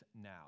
now